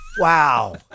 Wow